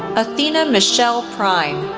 athena michelle prine,